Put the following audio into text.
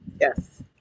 Yes